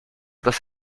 dos